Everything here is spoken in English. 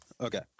Okay